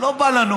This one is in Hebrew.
לא בא לנו